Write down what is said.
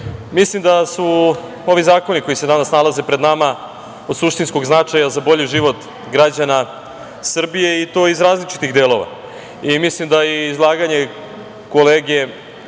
rečeno. Mislim da su ovi zakoni koji se danas nalaze pred nama od suštinskog značaja za bolji život građana Srbije i to iz različitih delova i mislim da izlaganje kolege